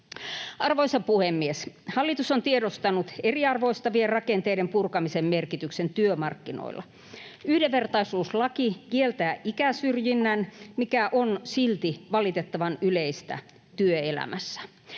Arvoisa puhemies! Hallitus on tiedostanut eriarvoistavien rakenteiden purkamisen merkityksen työmarkkinoilla. Yhdenvertaisuuslaki kieltää ikäsyrjinnän, mikä on silti valitettavan yleistä työelämässä.